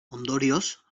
ondorioz